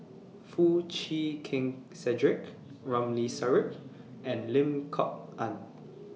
Foo Chee Keng Cedric Ramli Sarip and Lim Kok Ann